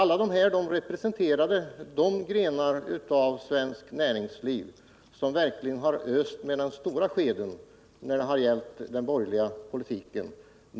Alla dessa representerar de grenar av svenskt näringsliv som med stöd av den borgerliga politiken verkligen har öst med den stora skeden.